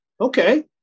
Okay